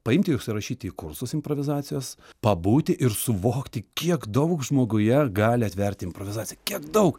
paimti užsirašyti į kursus improvizacijos pabūti ir suvokti kiek daug žmoguje gali atverti improvizacija kiek daug